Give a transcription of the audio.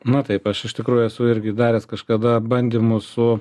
nu taip aš iš tikrųjų esu irgi daręs kažkada bandymus su